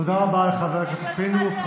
תודה רבה לחבר הכנסת פינדרוס.